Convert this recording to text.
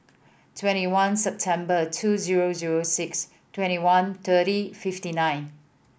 twenty one September two zero zero six twenty one thirty fifty nine